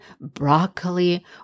broccoli